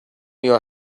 your